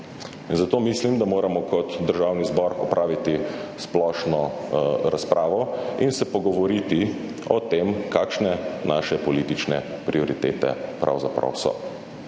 zato mislim, da moramo kot Državni zbor opraviti splošno razpravo in se pogovoriti o tem, kakšne naše politične prioritete pravzaprav so.